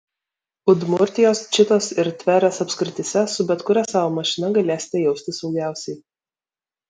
udmurtijos čitos ir tverės apskrityse su bet kuria savo mašina galėsite jaustis saugiausiai